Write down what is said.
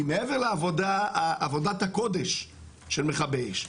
כי מעבר לעבודת הקודש של מכבי אש,